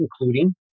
including